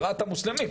לרעת המוסלמים,